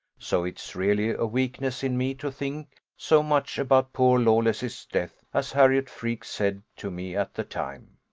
so it is really a weakness in me to think so much about poor lawless's death, as harriot freke said to me at the time.